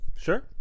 Sure